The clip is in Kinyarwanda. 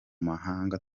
mahanga